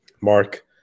Mark